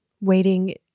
Waiting